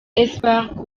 espoir